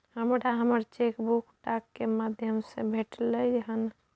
हमरा हमर cheque book डाक के माध्यम से भेटलय हन